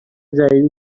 جدیدی